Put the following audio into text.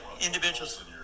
individuals